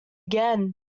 again